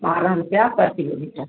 ॿारहं रुपिया पर किलोमीटर